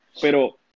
pero